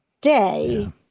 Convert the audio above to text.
day